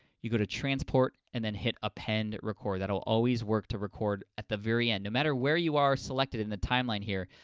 you go to transport, and then hit append record. that'll always work to record at the very end. no matter where you are selected in the timeline, here,